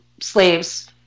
slaves